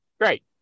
great